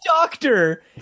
doctor